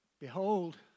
Behold